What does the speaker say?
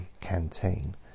canteen